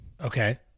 Okay